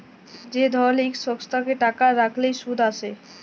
যে ধরলের ইক সংস্থাতে টাকা রাইখলে সুদ আসে